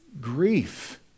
grief